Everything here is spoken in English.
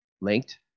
linked